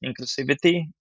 inclusivity